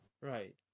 Right